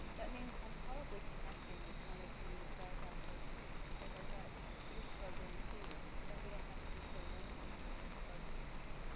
that means i am probably connecting with one of you guys out there too because i bet you're struggling too and then we don't have to be so lonely in that struggle.